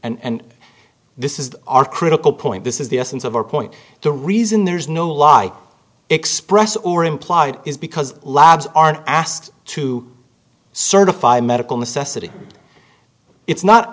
and this is our critical point this is the essence of our point the reason there's no lie expressed or implied is because labs are asked to certify medical necessity it's not